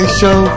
show